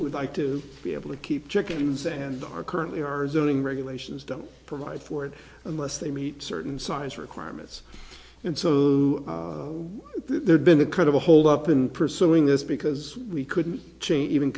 would like to be able to keep chickens and are currently ours doing regulations don't provide for it unless they meet certain size requirements and so there's been a kind of a hold up in pursuing this because we couldn't change even